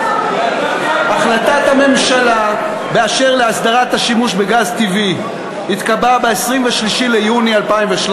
החלטת הממשלה באשר להסדרת השימוש בגז טבעי התקבלה ב-23 ביוני 2013,